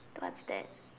what's that